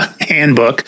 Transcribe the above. handbook